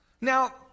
Now